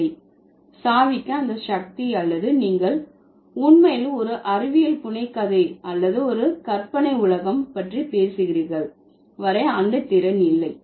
இல்லை சாவிக்கு அந்த சக்தி அல்லது நீங்கள் உண்மையில் ஒரு அறிவியல் புனைகதை அல்லது சில கற்பனை உலக பற்றி பேசுகிறீர்கள் வரை அந்த திறன் இல்லை